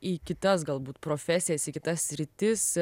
į kitas galbūt profesijas į kitas sritis